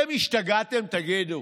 אתם השתגעתם, תגידו?